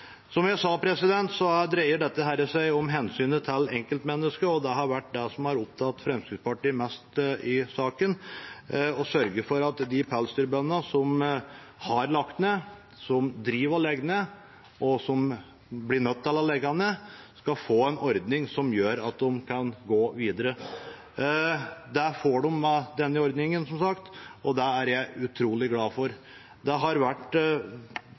har vært å sørge for at de pelsdyrbøndene som har lagt ned, som driver og legger ned, og som blir nødt til å legge ned, skal få en ordning som gjør at de kan gå videre. Det får de med denne ordningen, som sagt, og det er jeg utrolig glad for. Det har vært